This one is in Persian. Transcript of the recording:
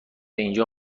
اینجا